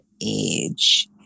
age